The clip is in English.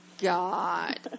God